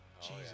Jesus